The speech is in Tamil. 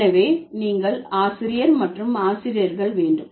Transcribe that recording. எனவே நீங்கள் ஆசிரியர் மற்றும் ஆசிரியர்கள் வேண்டும்